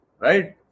Right